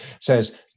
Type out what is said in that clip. says